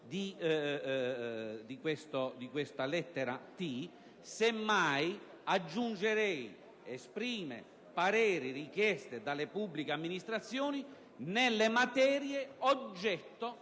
di questa lettera *t)*. Semmai aggiungerei le parole: «esprime pareri richiesti dalle pubbliche amministrazioni nelle materie oggetto